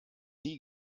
nie